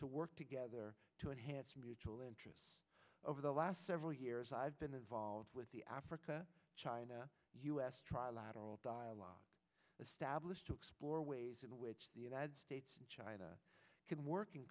to work together to enhance mutual interest over the last several years i've been involved with the africa china u s trilateral dialogue established to explore ways in which the united states and china can work in